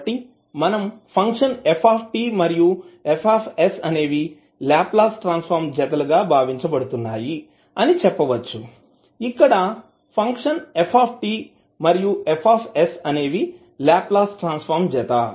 కాబట్టి మనం function f మరియు F అనేవి లాప్లాస్ ట్రాన్సఫర్మ్ జతలు గా భవించబడుతున్నాయి అని చెప్పవచ్చు ఇక్కడ ఫంక్షన్ f మరియు F అనేవి లాప్లాస్ ట్రాన్సఫర్మ్ జత